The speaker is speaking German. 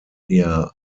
eher